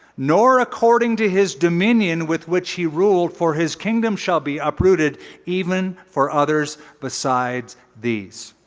nor according to his dominion with which he ruled. for his kingdom shall be uprooted even for others besides these.